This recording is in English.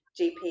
GP